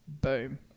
boom